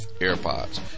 AirPods